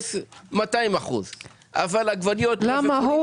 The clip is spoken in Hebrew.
מכס של 200% על אננס, אבל על עגבניות -- למה?